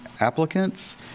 applicants